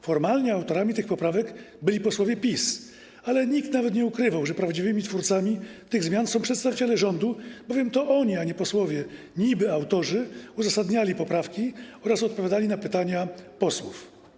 Formalnie autorami tych poprawek byli posłowie PiS, ale nikt nawet nie ukrywał, że prawdziwymi twórcami tych zmian są przedstawiciele rządu, bowiem to oni, a nie posłowie niby-autorzy, uzasadniali poprawki oraz odpowiadali na pytania posłów.